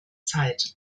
zeit